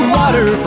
water